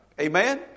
Amen